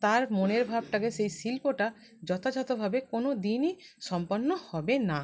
তার মনের ভাবটাকে সেই শিল্পটা যথাযথভাবে কোনো দিনই সম্পন্ন হবে না